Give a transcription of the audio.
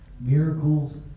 miracles